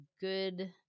good